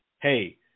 hey